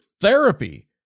therapy